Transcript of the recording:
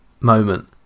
moment